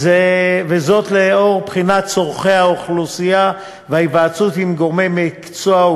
לאור בחינת צורכי האוכלוסייה והיוועצות עם גורמי מקצוע,